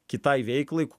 kitai veiklai